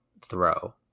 throw